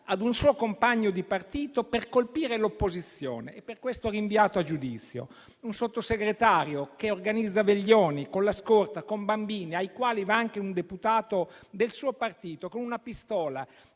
a un suo compagno di partito per colpire l'opposizione e per questo è stato rinviato a giudizio; un Sottosegretario che organizza veglioni con la scorta con bambini, ai quali va anche un deputato del suo partito, con una pistola